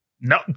No